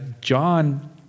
John